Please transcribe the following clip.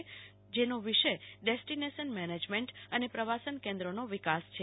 આ પરિષદનો વિષય ડેસ્ટિનેશન મેનેજમેન્ટ અને પ્રવાસન કેન્દ્રોનો વિકાસ છે